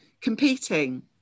competing